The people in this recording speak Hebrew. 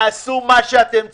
תעשו מה שאתם צריכים.